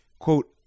Quote